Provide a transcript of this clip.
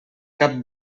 cap